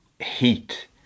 Heat